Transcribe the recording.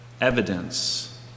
evidence